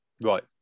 Right